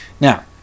now